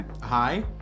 Hi